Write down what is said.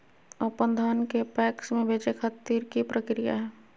अपन धान के पैक्स मैं बेचे खातिर की प्रक्रिया हय?